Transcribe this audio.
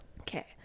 Okay